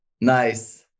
Nice